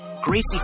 Gracie